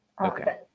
Okay